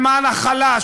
למען החלש,